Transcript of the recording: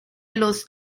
los